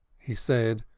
he said,